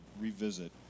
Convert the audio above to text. revisit